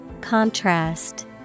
contrast